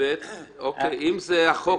אם זה בעת